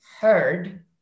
heard